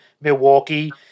Milwaukee